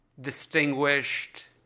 distinguished